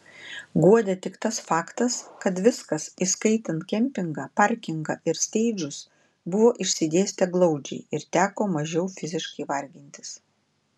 guodė tik tas faktas kad viskas įskaitant kempingą parkingą ir steidžus buvo išsidėstę glaudžiai ir teko mažiau fiziškai vargintis